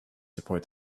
support